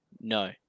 no